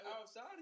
outside